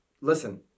Listen